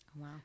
wow